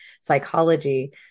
psychology